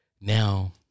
now